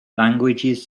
languages